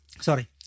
sorry